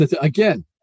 Again